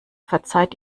verzeiht